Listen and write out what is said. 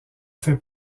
fait